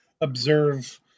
observe